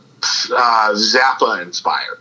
Zappa-inspired